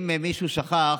אם מישהו שכח,